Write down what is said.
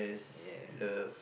yes